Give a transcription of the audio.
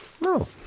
No